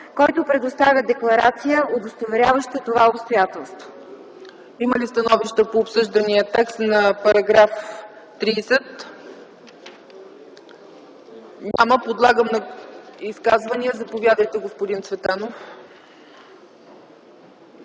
който предоставя декларация, удостоверяваща това обстоятелство.”